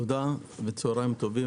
תודה וצוהריים טובים.